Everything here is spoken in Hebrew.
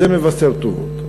זה מבשר טובות.